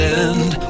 end